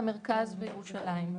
המרכז וירושלים.